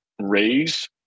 raise